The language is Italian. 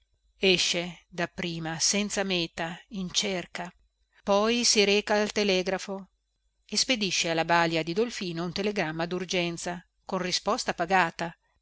loro esce dapprima senza meta in cerca poi si reca al telegrafo e spedisce alla balia di dolfino un telegramma durgenza con risposta pagata